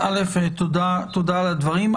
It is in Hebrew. אז תודה על הדברים.